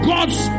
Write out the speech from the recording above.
God's